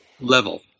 level